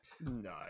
no